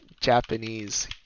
Japanese